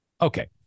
Okay